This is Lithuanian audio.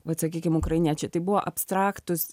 vat sakykim ukrainiečiai tai buvo abstraktūs